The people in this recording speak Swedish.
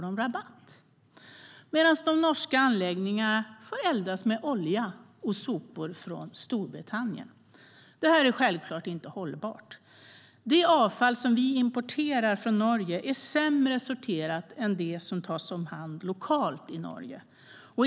Samtidigt får de norska anläggningarna eldas med olja och sopor från Storbritannien. Det är självklart inte hållbart. Det avfall som vi importerar från Norge är dessutom sämre sorterat än det som tas om hand lokalt i Norge.